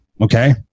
Okay